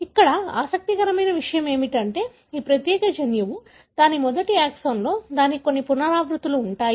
ఇక్కడ ఆసక్తికరమైన విషయం ఏమిటంటే ఈ ప్రత్యేక జన్యువు దాని మొదటి ఎక్సాన్లో దానికి కొన్ని పునరావృత్తులు ఉంటాయి